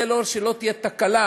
כדי שלא תהיה תקלה,